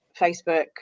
Facebook